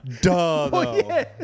Duh